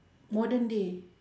modern day